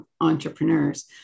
entrepreneurs